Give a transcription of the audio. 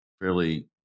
fairly